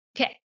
Okay